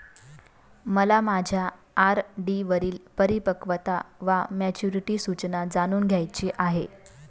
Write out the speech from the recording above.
मला माझ्या आर.डी वरील परिपक्वता वा मॅच्युरिटी सूचना जाणून घ्यायची आहे